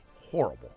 Horrible